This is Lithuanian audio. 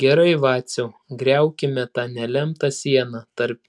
gerai vaciau griaukime tą nelemtą sieną tarp